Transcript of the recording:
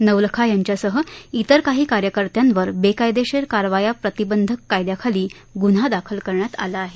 नवलखा यांच्यासह इतर काही कार्यकर्त्यांवर बेकायदेशीर कारवाया प्रतिबंधक कायद्याखाली गुन्हा दाखल करण्यात आला आहे